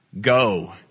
go